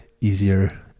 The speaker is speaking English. easier